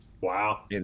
Wow